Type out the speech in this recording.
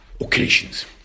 occasions